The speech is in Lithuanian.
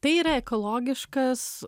tai yra ekologiškas